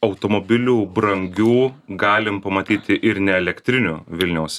automobilių brangių galim pamatyti ir neelektrinių vilniaus